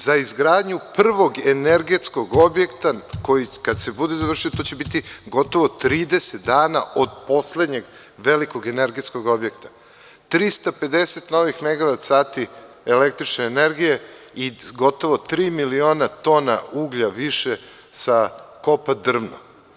Za izgradnju prvog energetskog objekta koji kada se bude završio to će biti gotovo 30 godina od poslednjeg velikog energetskog objekta, 350 novih megavat sati električne energije i gotovo tri miliona tona uglja više sa kopa „Drmno“